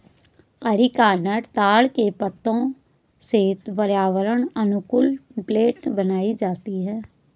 areca nut ताड़ के पत्तों से पर्यावरण अनुकूल प्लेट बनाई जाती है